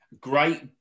Great